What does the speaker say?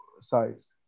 sides